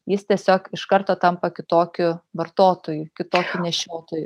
jis tiesiog iš karto tampa kitokiu vartotoju kitokiu nešiotoju